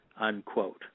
unquote